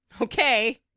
Okay